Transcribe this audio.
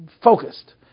focused